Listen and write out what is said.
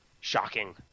Shocking